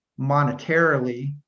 monetarily